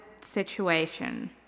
situation